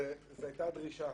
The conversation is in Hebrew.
זו הייתה דרישה.